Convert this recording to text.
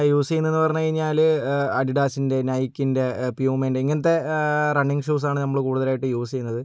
use ചെയ്യുന്നതെന്ന് പറഞ്ഞു കഴിഞ്ഞാല് അഡിഡാസിൻ്റെ നൈക്കിൻ്റെ പ്യൂമയിൻ്റെ ഇങ്ങനത്തെ റണ്ണിങ് ഷൂസാണ് നമ്മള് കൂടുതലായിട്ടും യൂസ് ചെയ്യുന്നത്